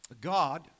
God